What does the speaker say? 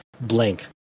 blank